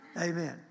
amen